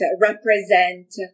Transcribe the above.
represent